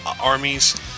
armies